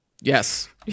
Yes